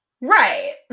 Right